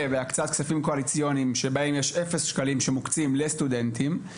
והקצאת כספים קואליציוניים שבהם יש 0 ש"ח שמוקצים לסטודנטים.